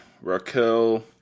Raquel